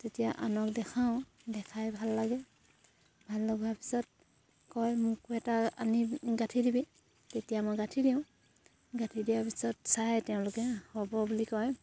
যেতিয়া আনক দেখাওঁ দেখাই ভাল লাগে ভাল লগাৰ পিছত কয় মোকো এটা আনি গাঁঠি দিবি তেতিয়া মই গাঁঠি দিওঁ গাঁঠি দিয়াৰ পিছত চাই তেওঁলোকে হ'ব বুলি কয়